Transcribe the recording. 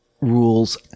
rules